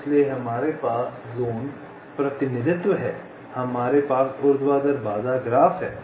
इसलिए हमारे पास ज़ोन प्रतिनिधित्व है हमारे पास ऊर्ध्वाधर बाधा ग्राफ है